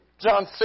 John